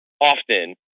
often